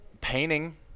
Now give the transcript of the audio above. Painting